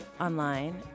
Online